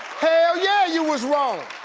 hell yeah, you was wrong.